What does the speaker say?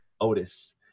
Otis